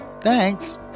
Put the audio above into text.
Thanks